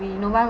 movie no one